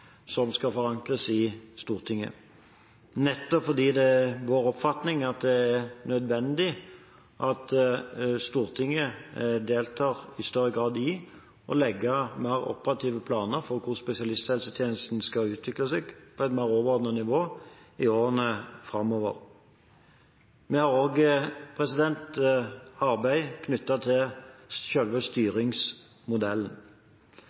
som skal forankres i Stortinget, nettopp fordi det er vår oppfatning at det er nødvendig at Stortinget i større grad deltar i å legge mer operative planer for hvordan spesialisthelsetjenesten skal utvikle seg på et mer overordnet nivå i årene framover. Vi har òg arbeid knyttet til